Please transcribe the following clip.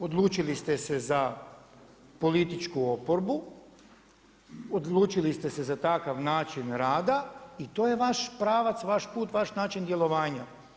Odlučili ste se za političku oporbu, odlučili ste se za takav način rada i to je vaš pravac, vaš put, vaš način djelovanja.